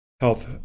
health